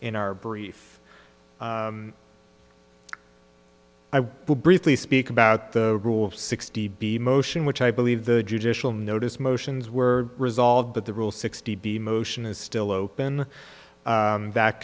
in our brief i will briefly speak about the rule sixty b motion which i believe the judicial notice motions were resolved but the rule sixty b motion is still open